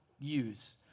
use